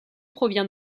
provient